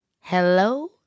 hello